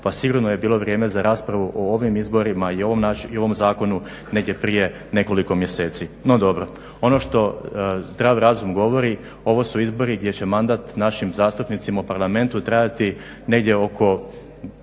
Pa sigurno je bilo vrijeme za raspravu o ovim izborima i o ovom zakonu negdje prije nekoliko mjeseci. No, dobro. Ono što zdrav razum govori ovo su izbori gdje će mandat našim zastupnicima u parlamentu trajati negdje oko